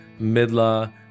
Midla